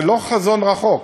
זה לא חזון רחוק.